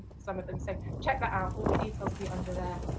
some of them, so check that out all the details be under there.